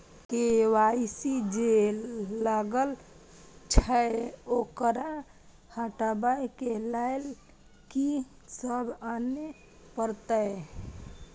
KYC जे लागल छै ओकरा हटाबै के लैल की सब आने परतै?